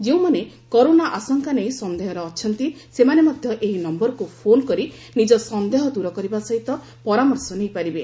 ଯେଉଁମାନେ କରୋନା ଆଶଙ୍କା ନେଇ ସନ୍ଦେହରେ ଅଛନ୍ତି ସେମାନେ ମଧ ଏହି ନମ୍ବରକୁ ଫୋନ୍ କରି ନିକ ସନ୍ଦେହ ଦୂର କରିବା ସହିତ ପରାମର୍ଶ ନେଇପାରିବେ